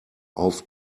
auf